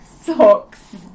socks